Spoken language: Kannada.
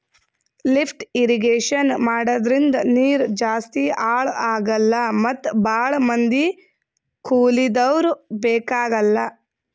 ಲಿಫ್ಟ್ ಇರ್ರೀಗೇಷನ್ ಮಾಡದ್ರಿಂದ ನೀರ್ ಜಾಸ್ತಿ ಹಾಳ್ ಆಗಲ್ಲಾ ಮತ್ ಭಾಳ್ ಮಂದಿ ಕೂಲಿದವ್ರು ಬೇಕಾಗಲ್